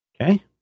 Okay